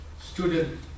student